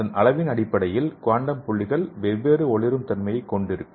அதன் அளவின் அடிப்படையில் குவாண்டம் புள்ளிகள் வெவ்வேறு ஒளிரும் தன்மையைக் கொடுக்கும்